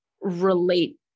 relate